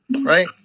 right